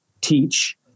teach